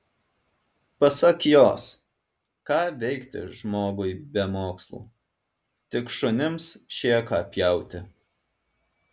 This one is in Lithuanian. pasak jos ką veikti žmogui be mokslų tik šunims šėką pjauti